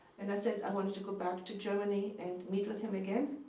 and i said i wanted to go back to germany and meet with him again.